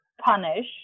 punish